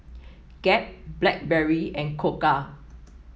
Gap Blackberry and Koka